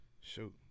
Shoot